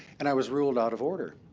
and i was ruled out of order.